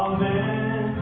Amen